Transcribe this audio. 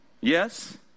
Yes